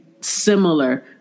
similar